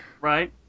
Right